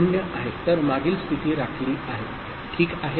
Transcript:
तर मागील स्थिती राखली आहे ठीक आहे